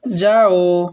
ଯାଅ